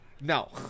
no